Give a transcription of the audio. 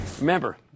Remember